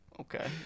okay